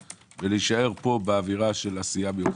ולהישאר פה באווירה של עשייה מיוחדת.